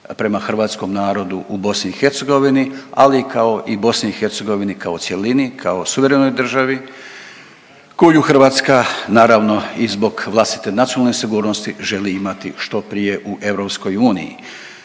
prema hrvatskom narodu u BIH, ali i kao i BIH kao cjelini kao suverenoj državi koju Hrvatska naravno i zbog vlastite nacionalne sigurnosti želi imati što prije u